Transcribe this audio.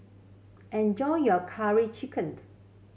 enjoy your curry chickened